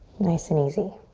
nice and easy.